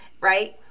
right